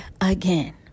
again